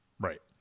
Right